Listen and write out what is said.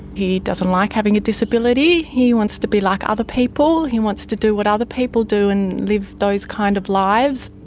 he doesn't like having a disability. he wants to be like other people. he wants to do what other people do and live those kind of lives.